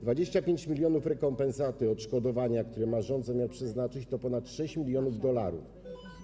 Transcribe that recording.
25 mln rekompensaty, odszkodowania, które ma rząd zamiar przeznaczyć, to ponad 6 mln dolarów